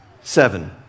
seven